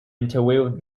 interview